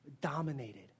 dominated